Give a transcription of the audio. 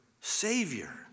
Savior